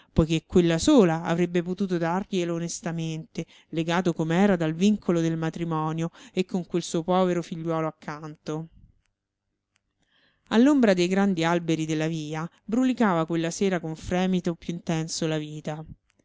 poiché quella sola avrebbe potuto darglielo onestamente legato com'era dal vincolo del matrimonio e con quel suo povero figliuolo accanto all'ombra dei grandi alberi della via brulicava quella sera con fremito più intenso la vita